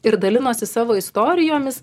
ir dalinosi savo istorijomis